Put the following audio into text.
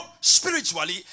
spiritually